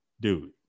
dude